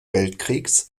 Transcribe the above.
weltkriegs